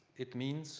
it means